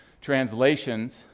translations